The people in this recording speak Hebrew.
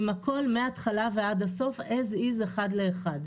עם הכל מהתחלה ועד הסוף as is אחד לאחד.